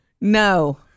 No